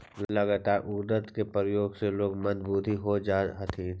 लगातार उड़द के प्रयोग से लोग मंदबुद्धि हो जा हथिन